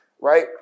right